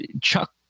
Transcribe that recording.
chuck